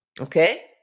Okay